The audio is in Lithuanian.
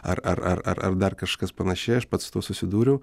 ar ar ar ar dar kažkas panašiai aš pats su tuo susidūriau